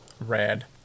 Rad